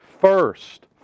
first